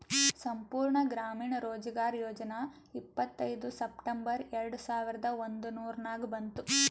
ಸಂಪೂರ್ಣ ಗ್ರಾಮೀಣ ರೋಜ್ಗಾರ್ ಯೋಜನಾ ಇಪ್ಪತ್ಐಯ್ದ ಸೆಪ್ಟೆಂಬರ್ ಎರೆಡ ಸಾವಿರದ ಒಂದುರ್ನಾಗ ಬಂತು